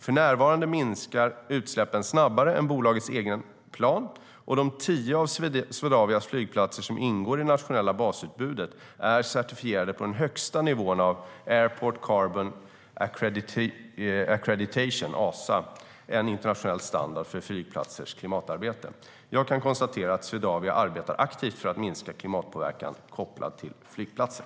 För närvarande minskar utsläppen snabbare än bolagets egen plan, och de tio av Swedavias flygplatser som ingår i det nationella basutbudet är certifierade på den högsta nivån av Airport Carbon Accreditation , en internationell standard för flygplatsers klimatarbete. Jag kan konstatera att Swedavia arbetar aktivt för att minska klimatpåverkan kopplad till flygplatser.